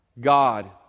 God